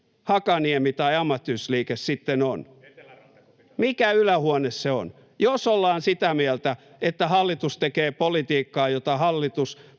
[Vasemmalta: Etelärantako pitää olla?] Mikä ylähuone se on? Jos ollaan sitä mieltä, että hallitus tekee politiikkaa, jota hallituspuolueet